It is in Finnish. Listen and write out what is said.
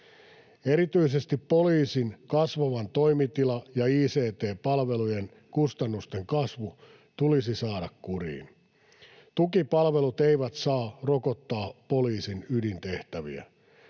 Erityisesti poliisin toimitila- ja ict-palvelujen kustannusten kasvu tulisi saada kuriin. Tukipalvelut eivät saa rokottaa poliisin ydintehtäviä.